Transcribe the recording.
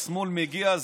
השמאל מגיע,